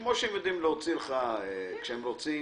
כמו שהם יודעים להוציא לך כשהם רוצים